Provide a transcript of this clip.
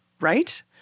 right